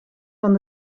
van